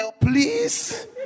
please